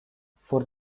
for